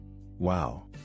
Wow